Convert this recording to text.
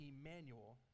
Emmanuel